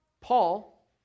Paul